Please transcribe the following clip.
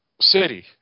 city